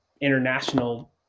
international